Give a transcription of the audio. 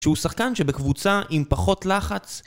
שהוא שחקן שבקבוצה עם פחות לחץ...